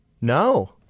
No